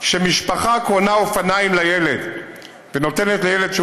כשמשפחה קונה אופניים לילד ונותנת לילד שהוא